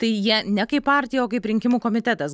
tai jie ne kaip partija o kaip rinkimų komitetas